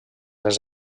les